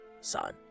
Son